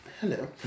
Hello